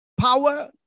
power